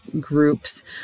groups